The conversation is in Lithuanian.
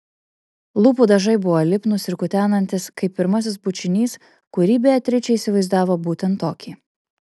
lūpų dažai buvo lipnūs ir kutenantys kaip pirmasis bučinys kurį beatričė įsivaizdavo būtent tokį